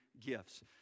gifts